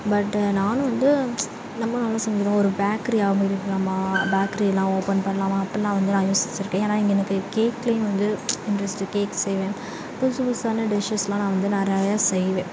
but நானும் வந்து நம்மளும் நல்ல சமைக்கிறோம் ஒரு பேக்கிரி ஆரம்பிக்கிலாமா பேக்கிரிலாம் ஓப்பன் பண்ணலாமா அப்படிலாம் வந்து நான் யோசிச்சியிருக்கேன் ஏன்னா இங்கே எனக்கு கேக்லையும் வந்து இன்ட்ரஸ்ட்டு கேக் செய்வேன் புதுசு புதுசான டிஷ்ஷஸ்லாம் நான் வந்து நிறைய செய்வேன்